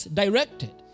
directed